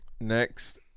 next